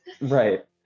Right